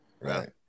Right